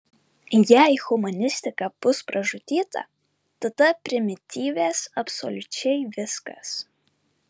jei humanistika bus pražudyta tada primityvės absoliučiai viskas